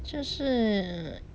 就是